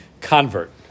convert